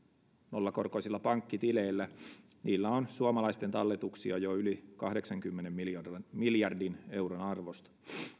nollakorkoisilla pankkitileillä niillä on suomalaisten talletuksia jo yli kahdeksankymmenen miljardin miljardin euron arvosta